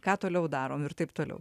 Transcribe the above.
ką toliau darom ir taip toliau